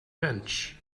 bench